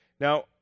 Now